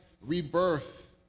rebirth